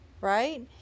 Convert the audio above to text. right